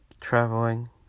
traveling